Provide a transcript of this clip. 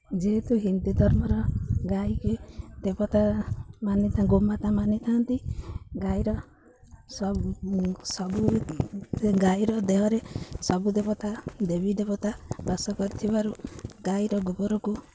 ଯେହେତୁ ହିନ୍ଦୁ ଧର୍ମର ଗାଈକି ଦେବତା ମାନି ତା ଗୋ ମାତା ମାନିଥାନ୍ତି ଗାଈର ସ ସବୁ ଗାଈର ଦେହରେ ସବୁ ଦେବତା ଦେବୀ ଦେବତା ବାସ କରିଥିବାରୁ ଗାଈର ଗୋବରକୁ